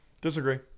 Disagree